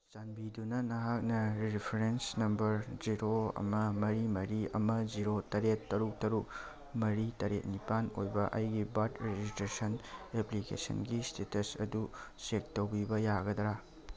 ꯆꯥꯟꯕꯤꯗꯨꯅ ꯅꯍꯥꯛꯅ reference number zero ꯑꯃ ꯃꯔꯤ ꯃꯔꯤ ꯑꯃ ꯖꯤꯔꯣ ꯇꯔꯦꯠ ꯇꯔꯨꯛ ꯇꯔꯨꯛ ꯃꯔꯤ ꯇꯔꯦꯠ ꯅꯤꯄꯥꯜ ꯑꯣꯏꯕ ꯑꯩꯒꯤ ꯕꯥꯔꯠ ꯔꯦꯖꯤꯁꯇ꯭ꯔꯦꯁꯟ ꯑꯦꯄ꯭ꯂꯤꯀꯦꯁꯟꯒꯤ ꯏꯁꯇꯦꯇꯁ ꯑꯗꯨ ꯆꯦꯛ ꯇꯧꯕꯤꯕ ꯌꯥꯒꯗ꯭ꯔ